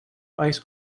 ice